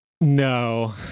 no